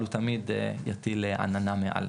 אבל הוא תמיד יטיל עננה מעל.